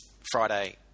Friday